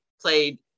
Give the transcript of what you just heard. played